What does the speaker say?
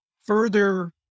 further